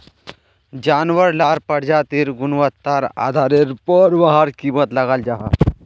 जानवार लार प्रजातिर गुन्वात्तार आधारेर पोर वहार कीमत लगाल जाहा